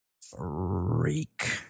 freak